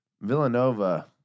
Villanova